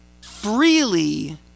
freely